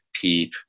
PEEP